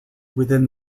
within